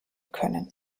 können